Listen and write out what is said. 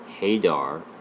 Hadar